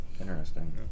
interesting